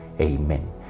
Amen